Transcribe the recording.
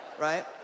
right